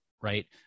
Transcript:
right